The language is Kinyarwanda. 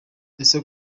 ese